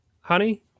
Honey